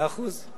מאה אחוז.